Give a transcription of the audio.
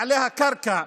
בעלי הקרקע,